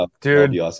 Dude